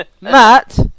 Matt